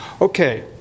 Okay